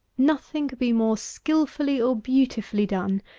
nothing could be more skilfully or beautifully done.